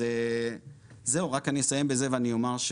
אז זהו, רק אני אסיים בזה ואני אומר,